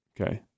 Okay